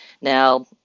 Now